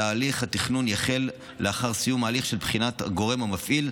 תהליך התכנון יחל לאחר סיום ההליך של בחינת הגורם המפעיל,